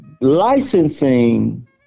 Licensing